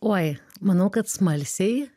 oi manau kad smalsiai